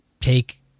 take